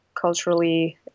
culturally